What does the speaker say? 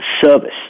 service